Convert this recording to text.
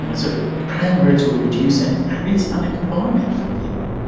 and so the crime rate will reduce, and it's it's an employment for people.